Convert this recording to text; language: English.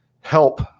help